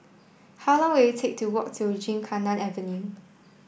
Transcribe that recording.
how long will it take to walk to Gymkhana Avenue